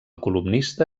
columnista